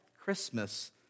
Christmas